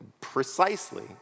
Precisely